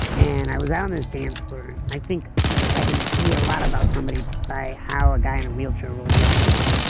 and i was out in his dance floor and i think i can see a lot about somebody by how a guy in a wheelchair rolls up to them.